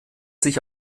sich